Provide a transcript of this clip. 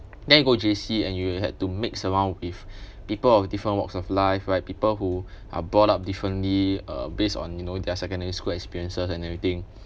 then you go J_C and you had to mix around with people of different walks of life right people who are brought up differently uh based on you know their secondary school experiences and everything